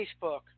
Facebook